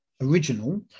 original